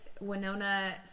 Winona